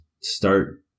start